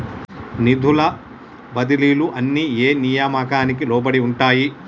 నిధుల బదిలీలు అన్ని ఏ నియామకానికి లోబడి ఉంటాయి?